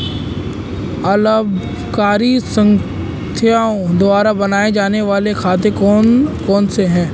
अलाभकारी संस्थाओं द्वारा बनाए जाने वाले खाते कौन कौनसे हैं?